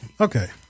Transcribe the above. Okay